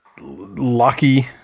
lucky